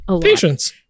Patience